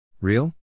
Real